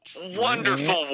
wonderful